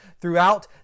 throughout